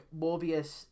Morbius